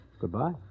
goodbye